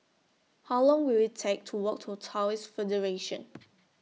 How Long Will IT Take to Walk to Taoist Federation